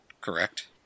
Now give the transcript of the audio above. Correct